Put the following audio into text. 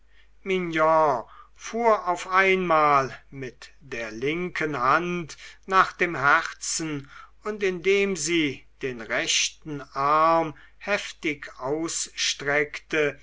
fuhr auf einmal mit der linken hand nach dem herzen und indem sie den rechten arm heftig ausstreckte